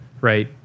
right